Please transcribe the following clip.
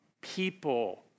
people